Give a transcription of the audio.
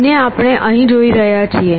B ને આપણે અહીં જોઈ રહ્યા છીએ